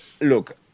look